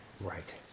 Right